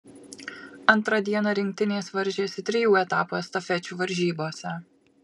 antrą dieną rinktinės varžėsi trijų etapų estafečių varžybose